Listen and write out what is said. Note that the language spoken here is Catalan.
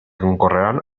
concorreran